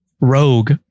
rogue